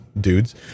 dudes